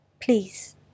Please